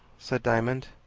said diamond.